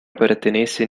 pertenecen